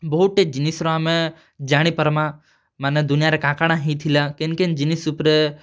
ବହୁତ୍ଟେ ଜିନିଷ୍ ର ଆମେ ଜାଣିପାର୍ମା ମାନେ ଦୁନିଆ'ରେ କା'ଣା କା'ଣା ହେଇଥିଲା କେନ୍ କେନ୍ ଜିନିଷ୍ ଉପ୍ରେ